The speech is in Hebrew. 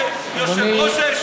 התשע"ו 2015. שטרן,